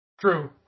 True